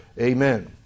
Amen